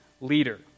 leader